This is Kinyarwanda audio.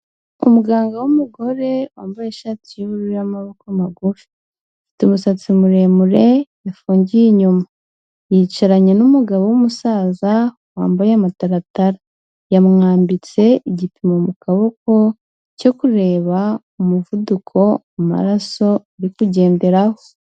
Umuganga w'umugore wambaye ishati y'ubururu y'amaboko magufi, afite umusatsi muremure yafungiye inyuma, yicaranye n'umugabo w'umusaza wambaye amataratara, yamwambitse igipimo mu kaboko cyo kureba umuvuduko amaraso uri kugenderaho.